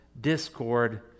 discord